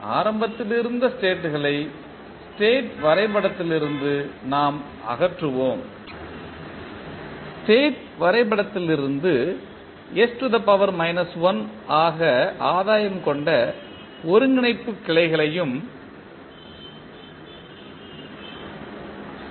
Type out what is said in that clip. ஆரம்பத்தில் இருந்த ஸ்டேட்களை ஸ்டேட் வரைபடத்திலிருந்து நாம் அகற்றுவோம் ஸ்டேட் வரைபடத்திலிருந்து ஆக ஆதாயம் கொண்ட ஒருங்கிணைப்புக் கிளைகளையும் அகற்றுவோம்